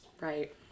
Right